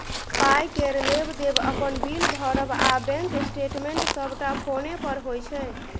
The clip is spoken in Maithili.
पाइ केर लेब देब, अपन बिल भरब आ बैंक स्टेटमेंट सबटा फोने पर होइ छै